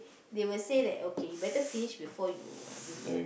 they will say that okay you better finish before you you go